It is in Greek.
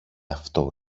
αυτό